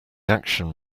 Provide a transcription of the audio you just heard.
action